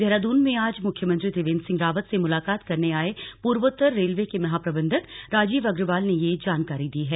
देहरादून में आज मुख्यमंत्री त्रिवेन्द्र सिंह रावत से मुलाकात करने आए पूर्वोत्तर रेलवे के महाप्रबंधक राजीव अग्रवाल ने यह जानकारी दी है